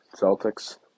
Celtics